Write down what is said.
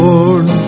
Lord